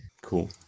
Cool